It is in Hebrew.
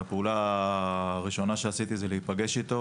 הפעולה הראשונה שעשיתי זה להיפגש איתו